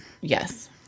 Yes